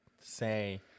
say